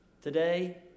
today